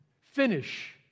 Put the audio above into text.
finish